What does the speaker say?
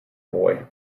boy